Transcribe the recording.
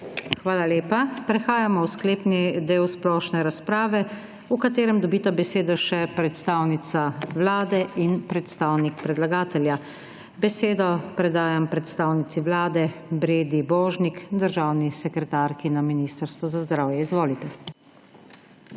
Hvala lepa. Prehajamo v sklepni del splošne razprave, v katerem dobita besedo še predstavnica vlade in predstavnik predlagatelja. Besedo predajam predstavnici vlade Bredi Božnik, državni sekretarki na Ministrstvu za zdravje. Izvolite.